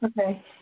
Okay